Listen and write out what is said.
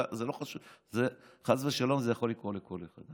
זה לא חשוב, חס ושלום, זה יכול לקרות לכל אחד.